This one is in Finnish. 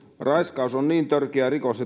raiskaus on niin törkeä rikos